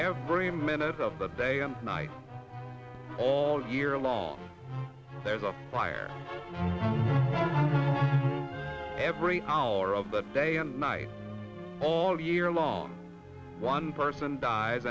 every minute of the day and night all year long there's a fire every hour of the day and night all year long one person dies